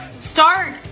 Start